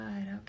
okay